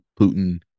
Putin